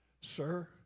Sir